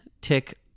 tick